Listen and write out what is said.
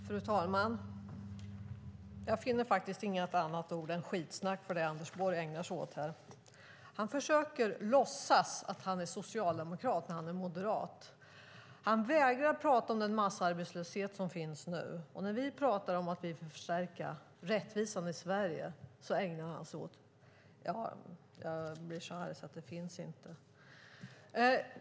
Fru talman! Jag finner inget annat ord än skitsnack för det Anders Borg ägnar sig åt här. Han försöker låtsas att han är socialdemokrat när han är moderat. Han vägrar prata om den massarbetslöshet som finns nu. När vi pratar om att vi vill förstärka rättvisan i Sverige ägnar han sig åt - jag blir så arg att jag inte finner ord.